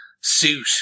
suit